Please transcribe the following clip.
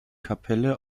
kapelle